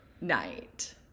night